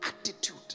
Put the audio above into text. attitude